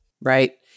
Right